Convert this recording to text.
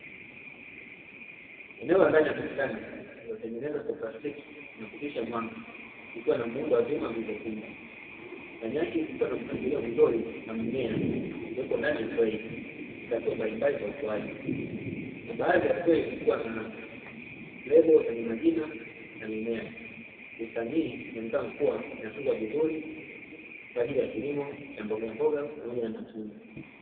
Eneo la ndani ya bustani lililotengenezwa kwa plastiki, linapitisha mwanga, ikiwa na muundo wa vyuma vilivyopinda, ndani yake kukiwa na mpangilio mzuri wa mimea iliyoko ndani ya trei katika hatua mbalimbali za ukuaji na baadhi ya trei zikiwa na lebo zenye majina ya mimea. Bustani hii inaonekana kuwa inatunzwa vizuri kwa ajili ya kilimo cha mbogamboga pamoja na matunda.